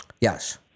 Yes